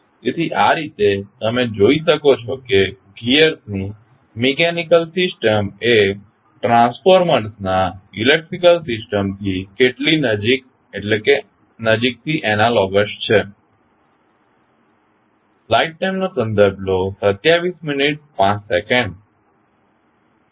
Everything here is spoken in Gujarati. તેથી આ રીતે તમે જોઈ શકો છો કે ગિઅર્સ ની મિકેનીકલ સિસ્ટમ એ ટ્રાન્સફોર્મર્સના ઇલેક્ટ્રિકલ સિસ્ટમ થી કેટલી નજીક્થી એનાલોગસ છે